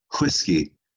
whiskey